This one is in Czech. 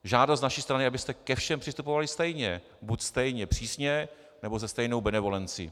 Žádost z naší strany je, abyste ke všem přistupovali stejně: buď stejně přísně, nebo se stejnou benevolencí.